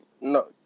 No